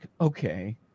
okay